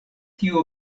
tiu